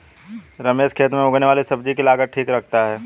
रमेश खेत में उगने वाली सब्जी की लागत ठीक रखता है